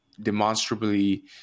demonstrably